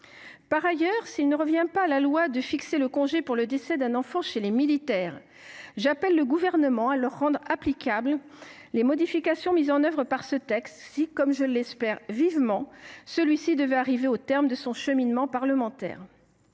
Certes, il ne revient pas à la loi de fixer le congé pour le décès d’un enfant chez les militaires. Mais j’appelle le Gouvernement à leur rendre applicables les modifications mises en œuvre par ce texte s’il devait, comme je l’espère vivement, arriver au terme de son cheminement parlementaire.